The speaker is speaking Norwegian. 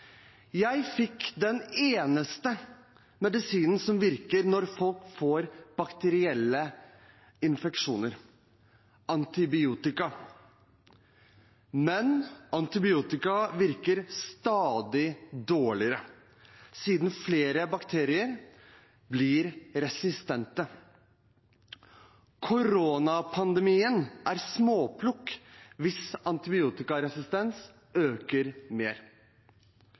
Jeg fikk den eneste medisinen som virker når folk får bakterielle infeksjoner: antibiotika. Men antibiotika virker stadig dårligere, siden flere bakterier blir resistente. Koronapandemien er småplukk hvis antibiotikaresistensen øker mer.